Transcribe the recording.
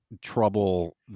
trouble